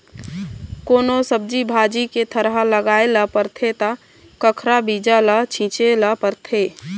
कोनो सब्जी भाजी के थरहा लगाए ल परथे त कखरा बीजा ल छिचे ल परथे